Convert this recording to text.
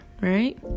right